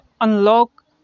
unlock